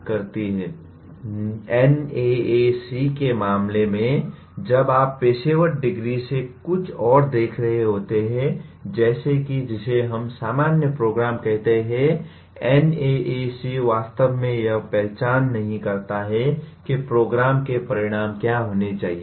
NAAC के मामले में जब आप पेशेवर डिग्री से कुछ और देख रहे होते हैं जैसे कि जिसे हम सामान्य प्रोग्राम कहते हैं NAAC वास्तव में यह पहचान नहीं करता है कि प्रोग्राम के परिणाम क्या होने चाहिए